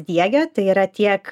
diegia tai yra tiek